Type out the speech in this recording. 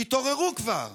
תתעוררו כבר.